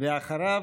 אחריו,